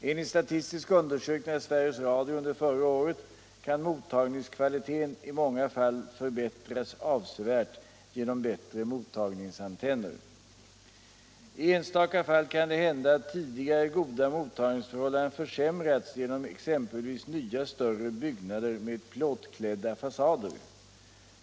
Enligt statistiska undersökningar av Sveriges Radio under förra året kan mottagningskvaliteten i många fall förbättras avsevärt genom bättre mot 129 130 tagningsantenner. I enstaka fall kan det hända att tidigare goda mottagningsförhållanden försämrats genom exempelvis nya större byggnader med plåtklädda fasader.